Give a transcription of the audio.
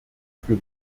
für